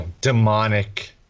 demonic